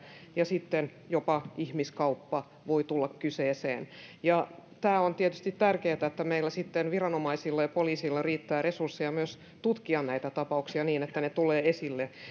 ja sitten jopa ihmiskauppa voi tulla kyseeseen on tietysti tärkeätä että meillä sitten viranomaisilla ja poliisilla riittää resursseja myös tutkia näitä tapauksia niin että ne tulevat esille